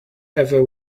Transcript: ever